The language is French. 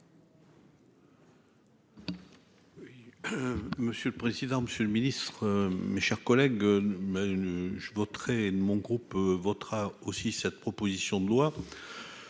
monsieur le président, monsieur le ministre, mes chers collègues, ma je voterai mon groupe votera aussi cette proposition de loi,